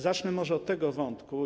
Zacznę może od tego wątku.